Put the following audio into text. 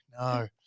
no